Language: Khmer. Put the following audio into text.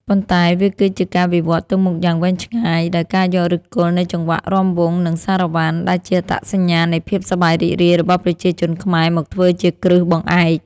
ប៉ុន្តែវាគឺជាការវិវត្តទៅមុខយ៉ាងវែងឆ្ងាយ ដោយការយកឫសគល់នៃចង្វាក់រាំវង់ និងសារ៉ាវ៉ាន់ ដែលជាអត្តសញ្ញាណនៃភាពសប្បាយរីករាយរបស់ប្រជាជនខ្មែរ មកធ្វើជាគ្រឹះបង្អែក។